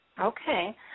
Okay